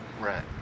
right